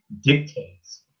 dictates